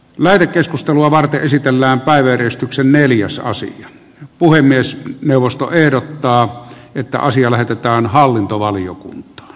lähetekeskustelua varten esitellään päiväjärjestyksen neljäsosa puhemies neuvosto ehdottaa että asia lähetetään hallintovaliokunta